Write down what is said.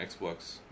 Xbox